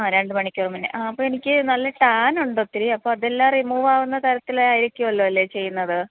ആ രണ്ട് മണിക്കൂറ് മുന്നേ ആ അപ്പോൾ എനിക്ക് നല്ല ടാൻ ഉണ്ട് ഒത്തിരി അപ്പോൾ അതെല്ലാം റീമൂവ് ആവുന്ന തരത്തിൽ ആയിരിക്കുവല്ലോ അല്ലേ ചെയ്യുന്നത്